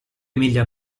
miglia